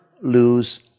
lose